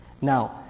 Now